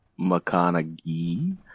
McConaughey